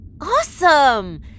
Awesome